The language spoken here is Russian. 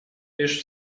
лишь